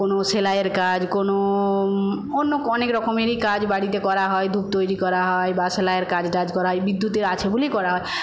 কোনো সেলাইয়ের কাজ কোনো অন্য অনেকরকমেরই কাজ বাড়িতে করা হয় ধূপ তৈরি করা হয় বা সেলাইয়ের কাজ টাজ করা হয় বিদ্যুতের আছে বলেই করা হয়